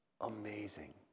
Amazing